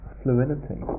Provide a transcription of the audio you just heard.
fluidity